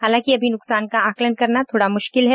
हालांकि अभी नुकसान का आंकलन करना थोड़ा मुश्किल है